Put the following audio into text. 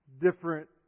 different